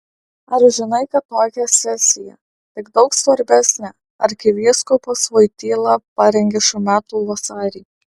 ar žinai kad tokią sesiją tik daug svarbesnę arkivyskupas voityla parengė šių metų vasarį